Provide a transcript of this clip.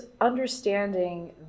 understanding